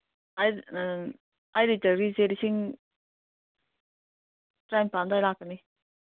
ꯑꯩ ꯂꯤꯇꯔꯒꯤꯁꯦ ꯂꯤꯁꯤꯡ ꯇ꯭ꯔꯥꯏꯟꯄꯥꯟ ꯑꯗꯥꯏ ꯂꯥꯛꯀꯅꯤ